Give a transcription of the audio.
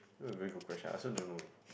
a very good question I also don't know eh